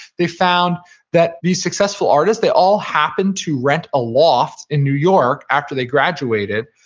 they found that these successful artists, they all happened to rent a loft in new york after they graduated,